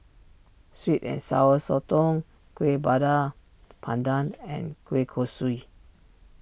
Sweet and Sour Sotong Kueh Bakar Pandan and Kueh Kosui